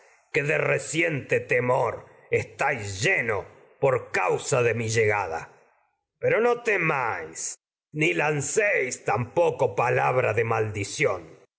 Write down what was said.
que de reciente temor estáis llenos por no causa de mi llegada pero temáis ni lancéis tam poco de palabra de maldición